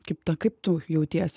kaip ta kaip tu jautiesi